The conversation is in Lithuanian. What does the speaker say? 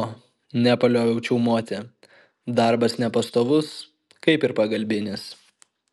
o nepalioviau čiaumoti darbas nepastovus kaip ir pagalbinis